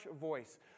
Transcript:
voice